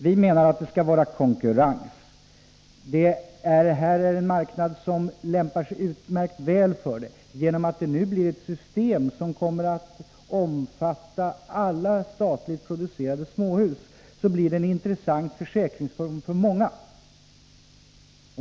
Vi menar att det skall vara konkurrens, och det här är en marknad som lämpar sig utmärkt väl för det: Eftersom detta system kommer att omfatta alla statligt producerade Nr 45 småhus, blir det en intressant försäkringsform för många.